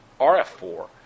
RF-4